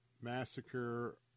massacre